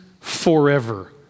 forever